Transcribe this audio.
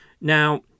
Now